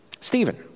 Stephen